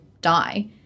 die